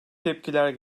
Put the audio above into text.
tepkiler